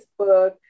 Facebook